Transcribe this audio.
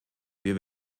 wir